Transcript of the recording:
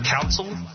council